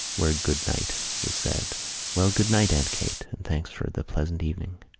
where good-night was said well, good-night, aunt kate, and thanks for the pleasant evening.